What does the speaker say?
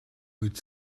vuit